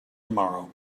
tomorrow